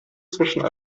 zwischen